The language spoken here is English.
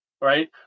right